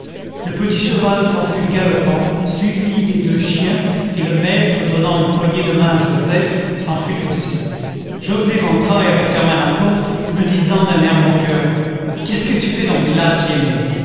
le petit cheval s'en fut galopant suivi des deux chiens et le maître donnant une poignée de main à joseph s'en fut aussi joset rentra et referma la porte me disant d'un air moqueur qu'est-ce que tu fais donc là tiennet